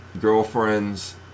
girlfriends